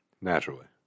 Naturally